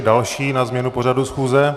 Další na změnu pořadu schůze?